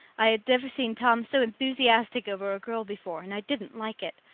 i had never seen tom so enthusiastic over a girl before, and i didn't like it.